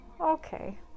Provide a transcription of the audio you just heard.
Okay